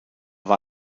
war